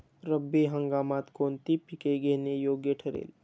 रब्बी हंगामात कोणती पिके घेणे योग्य ठरेल?